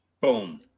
boom